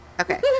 Okay